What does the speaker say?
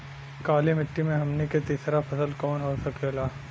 काली मिट्टी में हमनी के तीसरा फसल कवन हो सकेला?